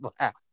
laugh